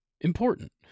important